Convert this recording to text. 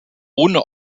ohne